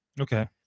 okay